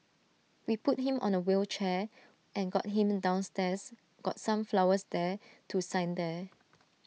we put him on A wheelchair and got him downstairs got some flowers there to sign there